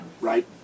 right